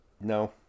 No